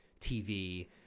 TV